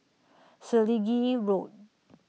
Selegie Road